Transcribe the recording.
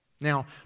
Now